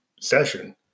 session